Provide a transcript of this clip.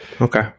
Okay